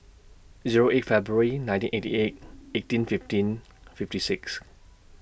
Zero eight February nineteen eighty eight eighteen fifteen fifty six